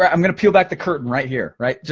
i'm gonna peel back the curtain right here, right,